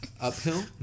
Uphill